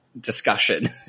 discussion